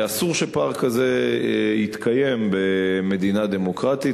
ואסור שפער כזה יתקיים במדינה דמוקרטית,